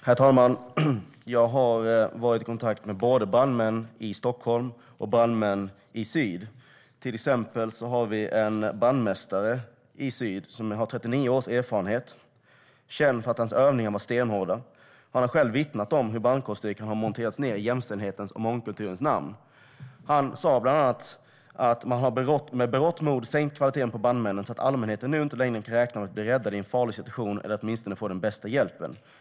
Herr talman! Jag har varit i kontakt med brandmän i både Stockholm och Syd. Till exempel har vi en brandmästare i Syd med 39 års erfarenhet, känd för att hans övningar var stenhårda. Han har vittnat om hur brandkårsstyrkan monterats ned i jämställdhetens och mångkulturens namn och har bland annat sagt: "Man har med berått mod sänkt kvaliteten på brandmännen så att allmänheten nu inte längre kan räkna med att bli räddade i en farlig situation eller åtminstone få den bästa hjälpen.